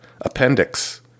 appendix